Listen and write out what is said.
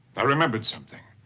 i remembered something,